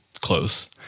close